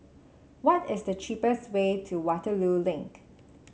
what is the cheapest way to Waterloo Link